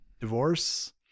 divorce